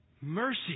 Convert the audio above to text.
mercy